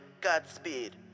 Godspeed